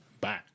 Bye